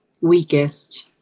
weakest